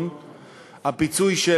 והנשים,